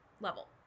level